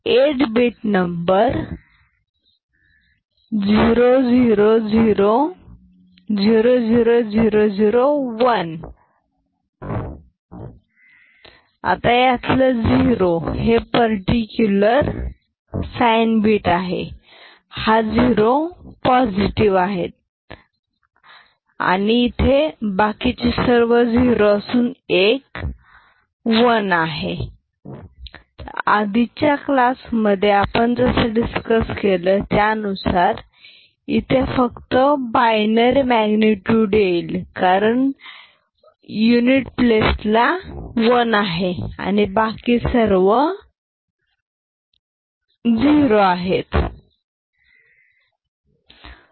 8 bit नंबर 0 0 0 0 0 0 0 1 zero हे particular sign bit आहे हा झिरो पॉझिटिव आहे बाकी सर्व झिरो आणि एक आहे आधीच्या क्लास मध्ये आपण डिस्कस केलं त्यानुसार इथे फक्त बाइनरी मॅग्नेट्युड येईल कारण 1 युनिट प्लेस ला आहे आणि बाकी सर्व झिरो आहेत म्हणून कोईफिशियंट झिरो येईल